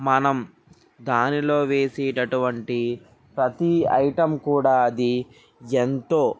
మనం దానిలో వేసేటటువంటి ప్రతీ ఐటెమ్ కూడా అది ఎంతో